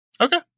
Okay